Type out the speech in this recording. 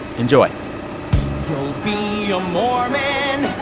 enjoy you'll be a mormon.